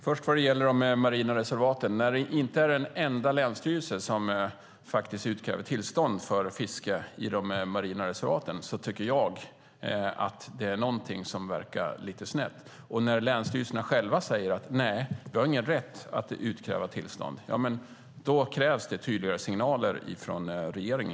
Herr talman! Jag ska börja med de marina reservaten. När inte en enda länsstyrelse faktiskt utkräver tillstånd för fiske i de marina reservaten tycker jag att det verkar som att någonting är lite snett. När länsstyrelserna själva säger att de inte har någon rätt att utkräva tillstånd krävs det tydligare signaler från regeringen.